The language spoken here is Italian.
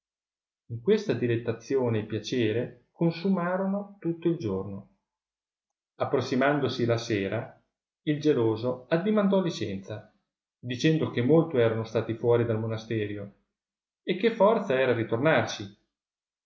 in questa dilettazione e piacere consummarono tutto il giorno approssimandosi la sera il geloso addimandò licenza dicendo che molto erano stati fuori del monasterio e che forza era ritornarci